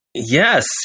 Yes